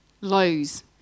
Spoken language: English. lows